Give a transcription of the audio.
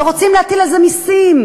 ורוצים להטיל על זה מסים.